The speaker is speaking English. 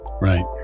Right